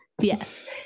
yes